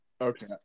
Okay